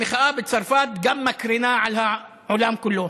המחאה בצרפת גם מקרינה על העולם כולו.